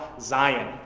Zion